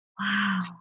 Wow